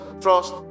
trust